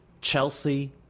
Chelsea